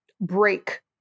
break